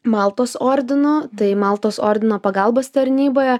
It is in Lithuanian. maltos ordino tai maltos ordino pagalbos tarnyboje